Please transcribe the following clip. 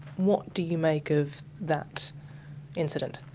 what do you make of that incident?